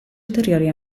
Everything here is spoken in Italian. ulteriori